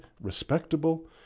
respectable